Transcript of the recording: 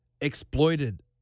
exploited